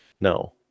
No